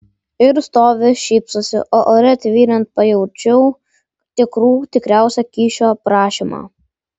ir stovi šypsosi o ore tvyrant pajaučiau tikrų tikriausią kyšio prašymą